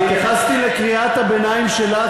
אני התייחסתי לקריאת הביניים שלך,